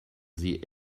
sie